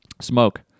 Smoke